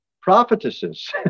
prophetesses